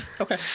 Okay